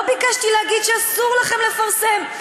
לא ביקשתי להגיד שאסור לכם לפרסם.